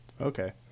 Okay